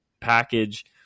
package